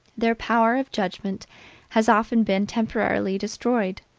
their power of judgment has often been temporarily destroyed.